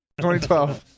2012